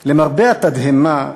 למרבה התדהמה,